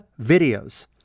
videos